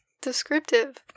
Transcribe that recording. Descriptive